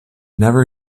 never